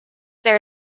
there